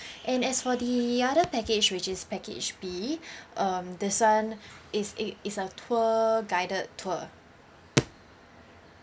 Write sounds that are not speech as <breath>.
and as for the other package which is package B <breath> um this one it's it it's a tour guided tour